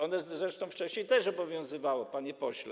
One zresztą wcześniej też obowiązywały, panie pośle.